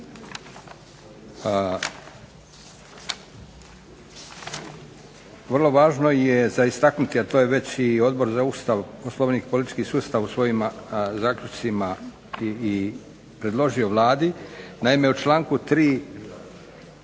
Vrlo važno je za istaknuti, a to je već i Odbor za Ustav, Poslovnik i politički sustav u svojim zaključcima i predložio Vladi. Naime, u članku 3.